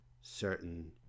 certain